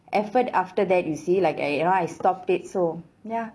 effort after that you see like I you know I stopped it so ya